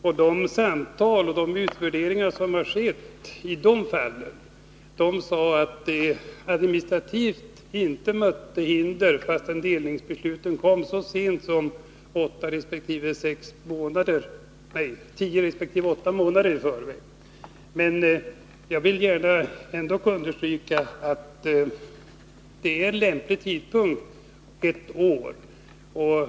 Vid de samtal och utvärderingar som har skett i de fallen framkom att det administrativt inte mötte några hinder, fastän delningsbesluten kom så sent som tio resp. åtta månader i förväg. Jag vill dock understryka att ett år är en lämplig tid i detta sammanhang.